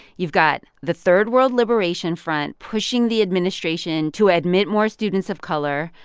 you've got the third world liberation front pushing the administration to admit more students of color,